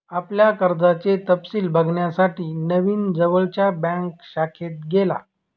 आपल्या कर्जाचे तपशिल बघण्यासाठी नवीन जवळच्या बँक शाखेत गेला